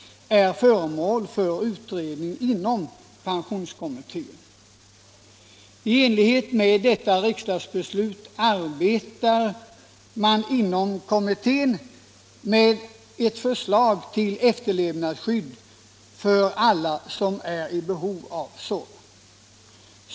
redan är föremål för utredning inom pensionskommittén. I enlighet med detta riksdagsbeslut arbetar kommittén med ett förslag till efterlevnadsskydd för alla som är i behov av ett sådant.